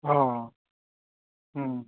अ